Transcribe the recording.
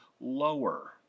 lower